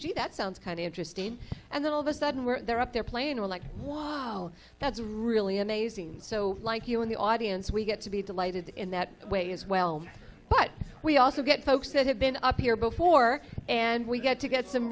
ok that sounds kind of interesting and then all of a sudden we're there up there playing or like was no that's really amazing so like you in the audience we get to be delighted in that way as well but we also get folks that have been up here before and we get to